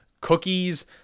cookies